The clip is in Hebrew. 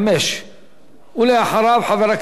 ואחריו, חבר הכנסת עפו אגבאריה.